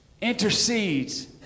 intercedes